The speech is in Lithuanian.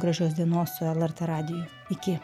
gražios dienos su lrt radiju iki